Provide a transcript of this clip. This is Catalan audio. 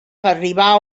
arribà